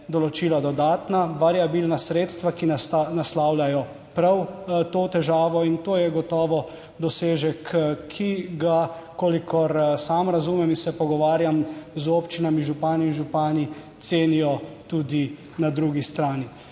določila dodatna variabilna sredstva, ki naslavljajo prav to težavo in to je gotovo dosežek, ki ga, kolikor sam razumem in se pogovarjam z občinami, župani in županji, cenijo tudi na drugi strani.